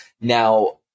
Now